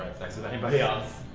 sex with anybody else.